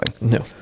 No